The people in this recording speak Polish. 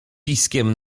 piskiem